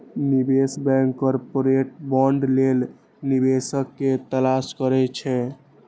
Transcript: निवेश bank corporate bond लेल निवेशक के तलाश करै छै